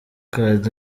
card